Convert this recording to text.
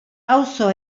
auzo